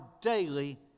daily